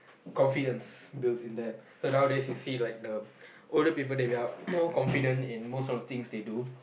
confidence build in them so now a days you see like the older people they be like more confident in most of the thing they do